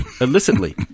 illicitly